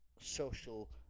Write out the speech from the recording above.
social